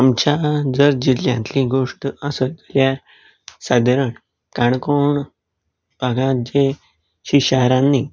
आमच्या जर जिल्ल्यांतली गोश्ट आसत जाल्यार सादारण काणकोण हांगा जी शिश्यारान्नी